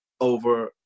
over